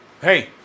Hey